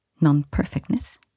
non-perfectness